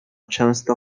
często